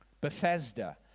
Bethesda